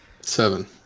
Seven